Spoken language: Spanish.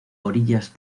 orillas